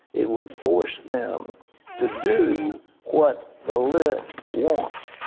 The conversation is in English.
it would force them to do what the left wants.